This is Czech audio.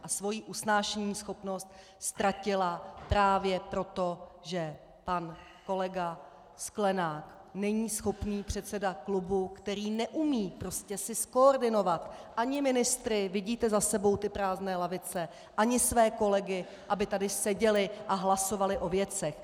A svoji usnášeníschopnost ztratila právě proto, že pan kolega Sklenák není schopný předseda klubu, který si neumí prostě zkoordinovat ani ministry vidíte za sebou prázdné lavice , ani své kolegy, aby tady seděli a hlasovali o věcech.